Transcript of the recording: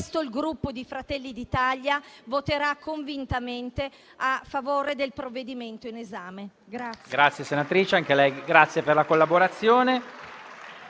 il Gruppo Fratelli d'Italia voterà convintamente a favore del provvedimento in esame.